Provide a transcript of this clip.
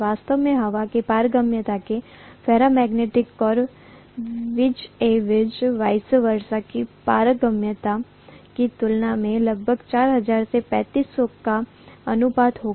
वास्तव में हवा के पारगम्यता के ferromagnetic core vis a vis की पारगम्यता की तुलना में लगभग 4000 या 3500 का अनुपात होगा